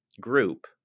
group